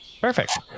perfect